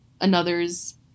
another's